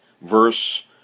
verse